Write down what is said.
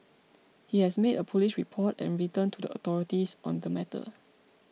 he has made a police report and written to the authorities on the matter